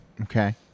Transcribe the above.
Okay